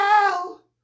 hell